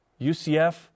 UCF